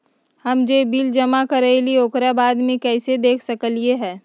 हम जे बिल जमा करईले ओकरा बाद में कैसे देख सकलि ह?